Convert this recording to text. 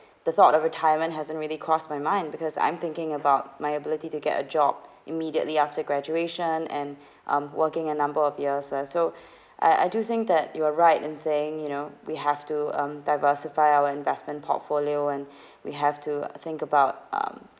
the thought of retirement hasn't really crossed my mind because I'm thinking about my ability to get a job immediately after graduation and um working a number of years ah so I I do think that you are right and saying you know we have to um diversify our investment portfolio and we have to think about um